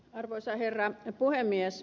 arvoisa herra puhemies